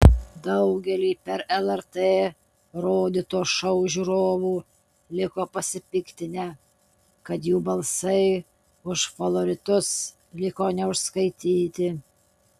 daugelį per lrt rodyto šou žiūrovų liko pasipiktinę kad jų balsai už favoritus liko neužskaityti